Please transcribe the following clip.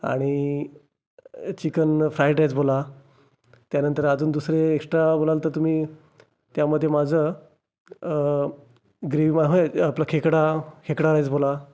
आणि chicken fried rice बोला त्यानंतर अजून दुसरे एक्स्ट्रा बोलाल तर तुम्ही त्यामध्ये माझं ग्रेव्ही हे आपलं खेकडा खेकडा राईस बोला